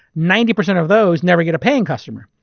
ninety percent of those never get a paying customer.